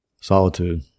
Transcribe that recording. Solitude